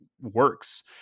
works